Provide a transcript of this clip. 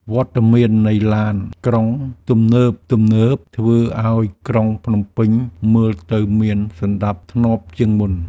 វត្តមាននៃឡានក្រុងទំនើបៗធ្វើឱ្យក្រុងភ្នំពេញមើលទៅមានសណ្ដាប់ធ្នាប់ជាងមុន។